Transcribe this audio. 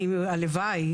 הלוואי,